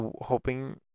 hoping